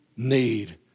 Need